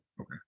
Okay